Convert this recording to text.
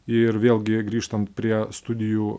ir vėlgi grįžtant prie studijų